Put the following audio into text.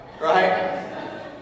right